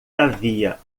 havia